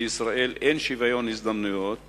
בישראל אין שוויון הזדמנויות